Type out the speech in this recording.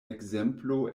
ekzemplo